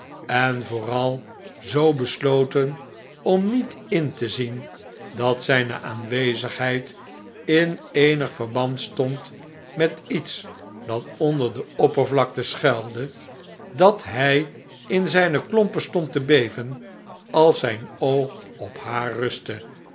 en vooral zoo besloten om niet in te zien dat zijne aanwezigheid in eenig verband stond met iets dat onder de oppervlakte schuilde dat hij in zijne klompen stond tebeven als zijn oog op haar rustte